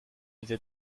veux